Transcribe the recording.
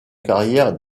carrière